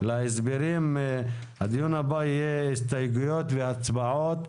הדיון הבא יהיה הסתייגויות והצבעות.